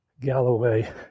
Galloway